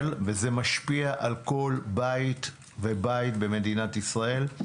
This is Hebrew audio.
וזה משפיע על כל בית ובית במדינת ישראל.